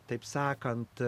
taip sakant